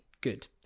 Good